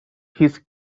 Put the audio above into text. his